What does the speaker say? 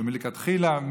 שמלכתחילה,